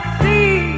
see